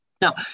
Now